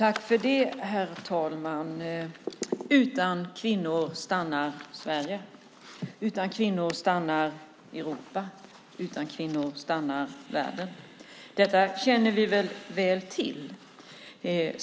Herr talman! Utan kvinnor stannar Sverige. Utan kvinnor stannar Europa. Utan kvinnor stannar världen. Detta känner vi ju väl till.